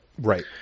right